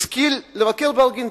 השכיל לבקר בארגנטינה,